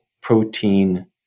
protein